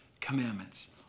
commandments